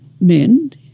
men